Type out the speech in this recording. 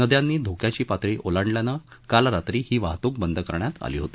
नद्यांनी धोक्याची पातळी ओलांडल्यानं काल रात्री ही वाहत्रक बंद करण्यात आली होती